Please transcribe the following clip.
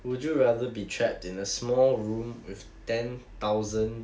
would you rather be trapped in a small room with ten thousand